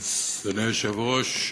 אדוני היושב-ראש,